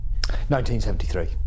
1973